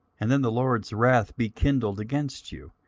and then the lord's wrath be kindled against you,